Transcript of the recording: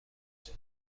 جاده